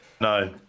No